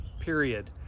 period